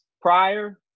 prior